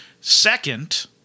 Second